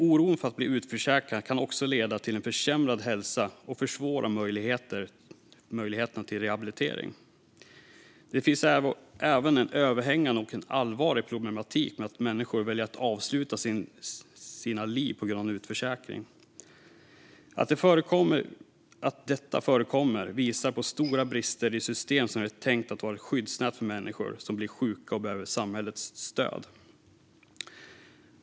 Oro för att bli utförsäkrad kan också leda till försämrad hälsa och försvåra möjligheterna till rehabilitering. Det finns även en överhängande och allvarlig problematik med att människor väljer att avsluta sina liv på grund av en utförsäkring. Att det förekommer visar på stora brister i det system som är tänkt att vara ett skyddsnät för människor som blir sjuka och behöver samhällets stöd.